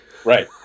right